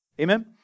Amen